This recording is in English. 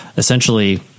Essentially